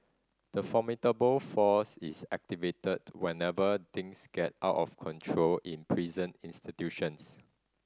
the formidable force is activated whenever things get out of control in prison institutions